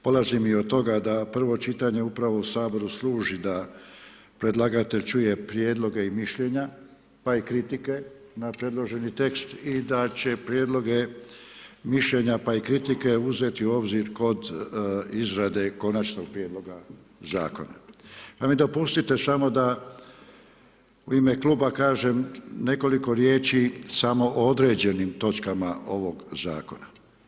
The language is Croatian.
Polazim i od toga da prvo čitanje upravo u Saboru služi da predlagatelj čuje prijedloge i mišljenja pa i kritike na predloženi tekst i da će prijedloge, mišljenja pa i kritike uzeti u obzir kod izrade konačnog prijedloga zakona pa mi dopustite samo da u ime kluba kažem nekoliko riječi samo o određenim točkama ovog zakona.